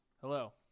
hello